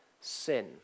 Sin